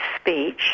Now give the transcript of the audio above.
speech